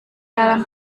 dalam